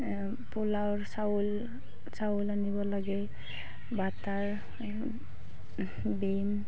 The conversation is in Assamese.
পোলাওৰ চাউল চাউল আনিব লাগে বাটাৰ বিন